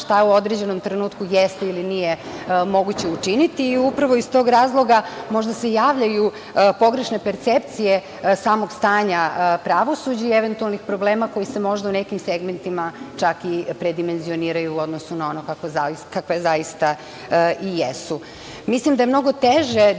šta u određenom trenutku jeste ili nije moguće učiniti. Upravo iz tog razloga možda se javljaju pogrešne percepcije samog stanja pravosuđa i eventualnih problema koji se možda u nekim segmentima čak i predimenzioniraju u odnosu na ono kakve zaista i jesu. Mislim da je mnogo teže